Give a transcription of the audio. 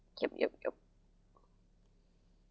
yup yup yup